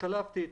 התחלפתי אתו.